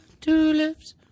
tulips